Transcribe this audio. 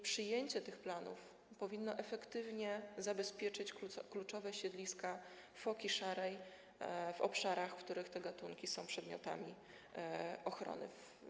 Przyjęcie tych planów powinno efektywnie zabezpieczyć kluczowe siedliska foki szarej w obszarach, w których ten gatunek jest przedmiotem ochrony.